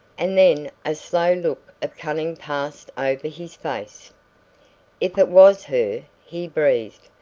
and then a slow look of cunning passed over his face. if it was her! he breathed.